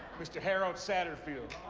mr. harold satterfield.